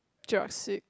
Jurassic